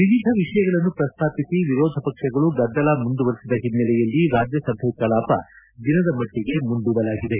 ವಿವಿಧ ವಿಷಯಗಳನ್ನು ಪ್ರಸ್ತಾಪಿಸಿ ವಿರೋಧ ಪಕ್ಷಗಳು ಗದ್ದಲ ಮುಂದುವರಿಸಿದ ಓನ್ನೆಲೆಯಲ್ಲಿ ರಾಜ್ಯಸಭೆ ಕಲಾಪ ದಿನದ ಮಟ್ಟಿಗೆ ಮುಂದೂಡಲಾಗಿದೆ